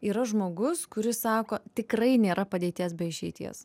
yra žmogus kuris sako tikrai nėra padėties be išeities